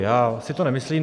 Já si to nemyslím.